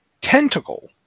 tentacle